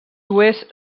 oest